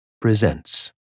presents